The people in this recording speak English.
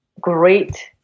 great